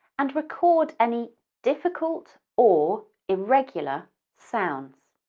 and record any difficult or irregular sounds.